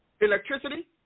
electricity